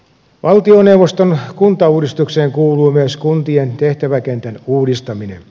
valtioneuvoston kuntauudistukseen kuuluu myös kuntien tehtäväkentän uudistaminen